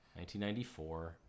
1994